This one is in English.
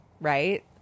right